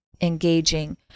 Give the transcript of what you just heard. engaging